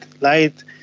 light